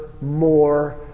more